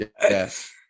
yes